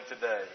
today